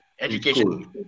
education